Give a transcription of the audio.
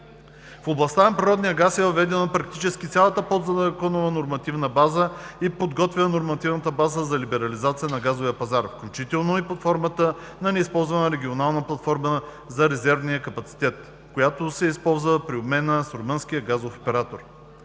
В областта на природния газ е въведена практически цялата подзаконова нормативна база и подготвена нормативната база за либерализирация на газовия пазар, включително и под формата на неизползвана регионална платформа за резервния капацитет, която се използва при обмена с румънския газов оператор.